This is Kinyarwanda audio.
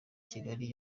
kigali